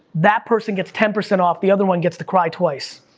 that person gets ten percent off, the other one gets to cry twice.